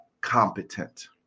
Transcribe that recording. competent